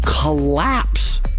collapse